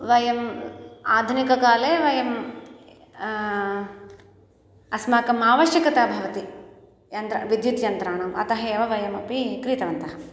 वयम् आधुनिककाले वयम् अस्माकम् आवश्यकता भवति यन्त्रं विद्युत् यन्त्राणाम् अतः एव वयमपि क्रीतवन्तः